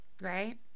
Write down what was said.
right